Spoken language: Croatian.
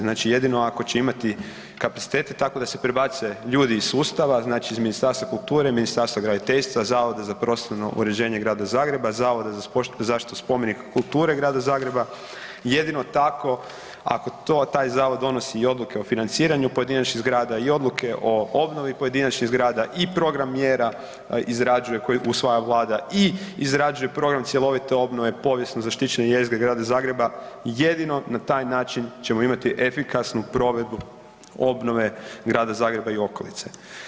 Znači jedino ako će imati kapacitete tako da se prebace ljudi iz sustava, znači iz Ministarstva kulture, Ministarstva graditeljstva, Zavoda za prostorno uređenje Grada Zagreba, Zavoda za zaštitu spomenika kulture Grada Zagreba, jedino tako ako taj zavod donosi i odluke o financiranju pojedinačnih zgrada i odluke o obnovi pojedinačnih zgrada i program mjera izrađuje koji usvaja Vlada i izrađuje program cjelovite obnove povijesno zaštićene jezgre Grada Zagreba, jedino na taj način ćemo imati efikasnu provedbu obnove Grada Zagreba i okolice.